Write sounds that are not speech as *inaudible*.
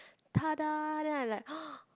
!tada! and then I like *noise*